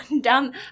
down